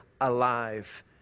alive